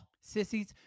Sissies